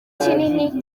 kinini